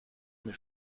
mir